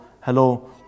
Hello